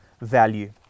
value